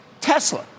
Tesla